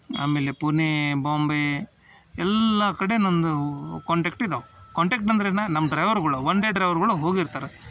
ಅಮೇಲೆ ಪುಣೆ ಬಾಂಬೆ ಎಲ್ಲ ಕಡೆ ನಂದು ಕಾಂಟ್ಯಾಕ್ಟ್ ಇದಾವೆ ಕಾಂಟ್ಯಾಕ್ಟ್ ಅಂದ್ರೆ ಏನು ನಮ್ಮ ಡ್ರೈವರ್ಗಳು ಒಂದೇ ಡ್ರೈವರ್ಗಳು ಹೋಗಿರ್ತಾರೆ